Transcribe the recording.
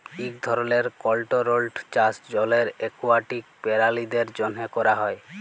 ইক ধরলের কলটোরোলড চাষ জলের একুয়াটিক পেরালিদের জ্যনহে ক্যরা হ্যয়